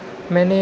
جی